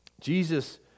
Jesus